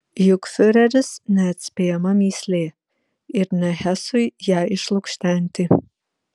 juk fiureris neatspėjama mįslė ir ne hesui ją išlukštenti